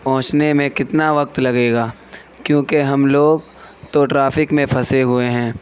پہونچنے میں کتنا وقت لگے گا کیونکہ ہم لوگ تو ٹرافک میں پھنسے ہوئے ہیں